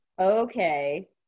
okay